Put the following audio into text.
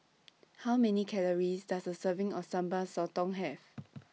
How Many Calories Does A Serving of Sambal Sotong Have